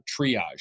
triage